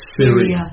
Syria